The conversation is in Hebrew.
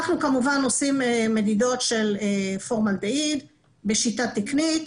אנחנו כמובן עושים מדידות של פורמלדהיד בשיטה תקנית,